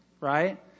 right